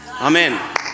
Amen